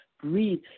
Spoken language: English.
breathe